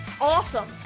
awesome